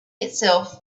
itself